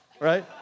right